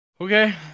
okay